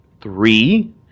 Three